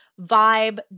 vibe